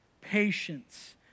patience